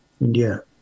India